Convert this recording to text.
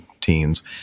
teens